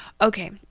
Okay